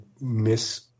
miss